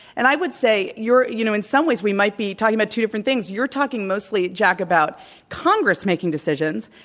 and i would say you're you know, in some ways we might be talking about two different things. you're talking mostly, jack, about congress making decisions.